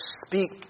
speak